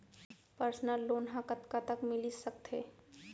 Personal loan ह कतका तक मिलिस सकथे?